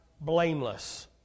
blameless